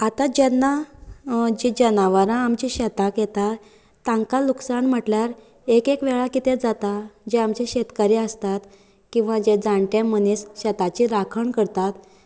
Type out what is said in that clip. आता जेन्ना जी जनावरां आमच्या शेतांत येता तांकां लुकसाण म्हणल्यार एक एक वेळार कितें जाता जे आमचे शेतकरी आसतात किंवां जे जाण्टें मनीस जे शेताची राखण करतात